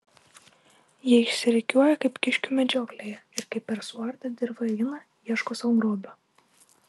jie išsirikiuoja kaip kiškių medžioklėje ir kaip per suartą dirvą eina ieško sau grobio